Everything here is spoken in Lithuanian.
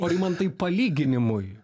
o rimantai palyginimui